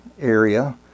area